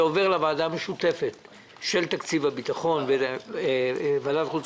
ואז זה עובר לוועדה המשותפת של ועדת חוץ